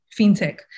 fintech